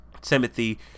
timothy